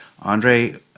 Andre